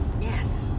Yes